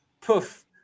poof